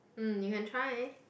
mm you can try